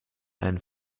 einen